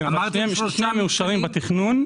יש שני מתקנים מאושרים בתכנון,